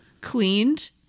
cleaned